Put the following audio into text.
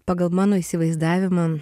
pagal mano įsivaizdavimą